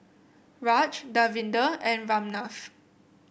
Raj Davinder and Ramnath